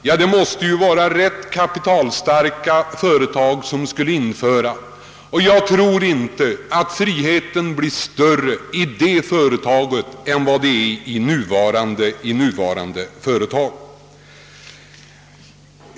Ja, det måste vara ganska kapitalstarka tidningar som skulle kunna göra det, och jag tror inte att friheten i ett sådant företag blir större än i det nuvarande företaget.